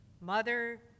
mother